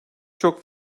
çok